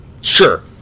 sure